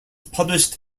published